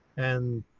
and